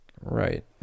Right